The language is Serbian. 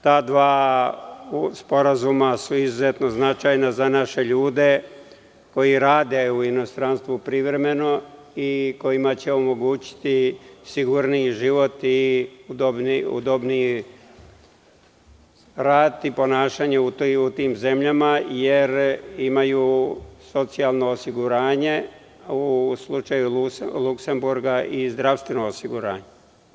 Ta dva sporazuma su izuzetno značajna za naše ljude koji rade u inostranstvu privremeno i kojima će omogućiti sigurniji i udobniji život, rad i ponašanje u tim zemljama, jer imaju socijalno osiguranje, a u slučaju Luksemburga i zdravstveno osiguranje.